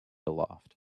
aloft